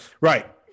Right